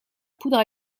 poudre